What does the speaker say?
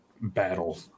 Battle